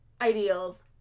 ideals